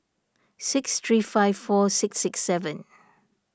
six three five five four six six seven